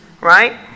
right